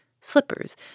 Slippers